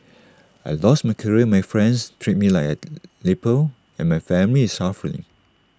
I lost my career my friends treat me like A leper and my family is suffering